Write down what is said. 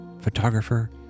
photographer